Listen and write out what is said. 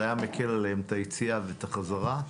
זה היה מקל עליהם את היציאה ואת החזרה.